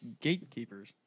gatekeepers